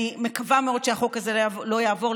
אני מקווה מאוד שהחוק הזה לא יעבור.